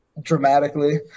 dramatically